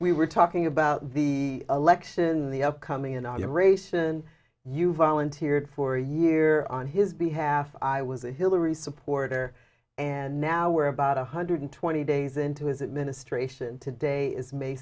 we were talking about the election the upcoming inauguration you volunteered for a year on his behalf i was a hillary supporter and now we're about one hundred twenty days into his administration today is may